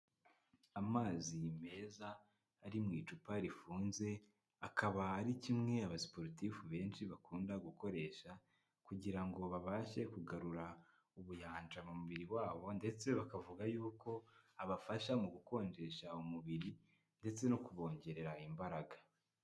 Amazi meza, ari mu icupa rifunze, akaba ari kimwe abasiporutifu benshi bakunda gukoresha, kugira ngo babashe kugarura ubuyanja mu mubiri wabo, ndetse bakavuga yuko abafasha mu gukonjesha umubiri. Ndetse no kubongerera imbaraga.